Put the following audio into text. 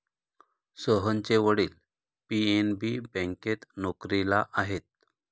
सोहनचे वडील पी.एन.बी बँकेत नोकरीला आहेत